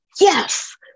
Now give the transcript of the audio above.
Yes